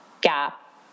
gap